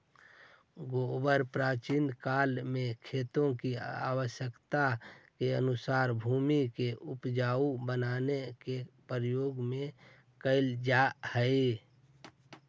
गोबर प्राचीन काल से खेती के आवश्यकता के अनुसार भूमि के ऊपजाऊ बनावे में प्रयुक्त कैल जा हई